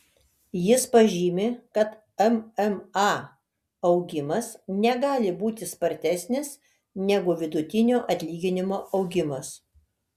jis pažymi kad mma augimas negali būti spartesnis negu vidutinio atlyginimo augimas